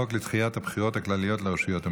הצעת חוק לדחיית הבחירות הכלליות לרשויות המקומיות.